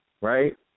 right